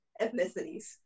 ethnicities